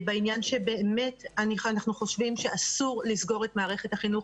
שבאמת אנחנו חושבים שאסור לסגור את מערכת החינוך,